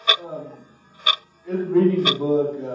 ah in reading the book,